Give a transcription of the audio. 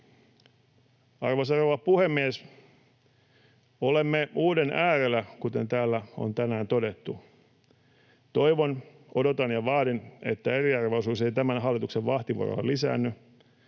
Arvoisa rouva puhemies! Olemme uuden äärellä, kuten täällä on tänään todettu. Toivon ja odotan ja vaadin, että eriarvoisuus ei tämän hallituksen vahtivuorolla lisäänny.